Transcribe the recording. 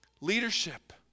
Leadership